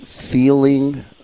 feeling